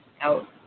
out